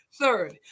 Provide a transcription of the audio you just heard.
Third